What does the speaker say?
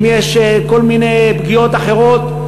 אם יש כל מיני פגיעות אחרות,